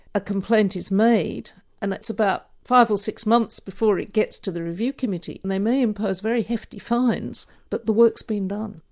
a complaint is made and it's about five or six months before it gets to the review committee. and they may impose very hefty fines but the work's been done.